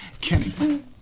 Kenny